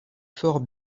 fort